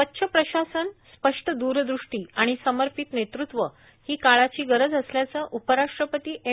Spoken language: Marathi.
स्वच्छ प्रशासन स्पष्ट द्रदृष्टां आाण सर्मापत नेतृत्व हों काळाची गरज असल्याचं उपराष्ट्रपती एम